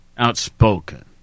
Outspoken